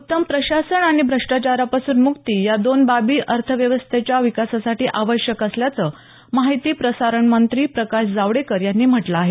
उत्तम प्रशासन आणि भ्रष्टाचारापासून मुक्ती या दोन बाबी अर्थव्यवस्थेच्या विकासासाठी आवश्यक असल्याचं माहिती प्रसारण मंत्री प्रकाश जावडेकर यांनी म्हटलं आहे